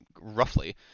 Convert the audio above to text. roughly